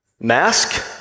mask